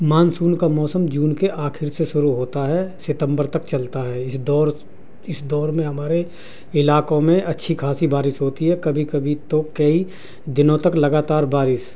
monsoon کا موسم جون کے آخر سے شروع ہوتا ہے ستمبر تک چلتا ہے اس دور اس دور میں ہمارے علاقوں میں اچھیخاصی بارش ہوتی ہے کبھی کبھی تو کئی دنوں تک لگاتار بارش